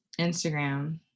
Instagram